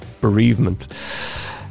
bereavement